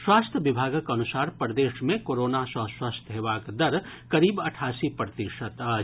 स्वास्थ्य विभागक अनुसार प्रदेश मे कोरोना सँ स्वस्थ हेबाक दर करीब अठासी प्रतिशत अछि